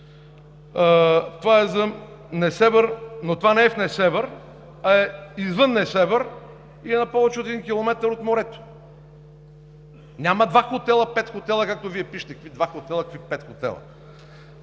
Това е за Несебър, но не е в Несебър, а е извън него и е на повече от един километър от морето. Няма два хотела, пет хотела, както Вие пишете. Какви два хотела, какви пет хотела?